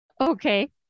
Okay